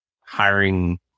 hiring